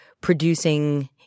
producing